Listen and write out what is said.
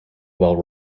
well